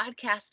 podcast